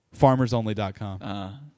Farmersonly.com